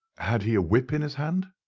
had he a whip in his hand?